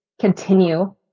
continue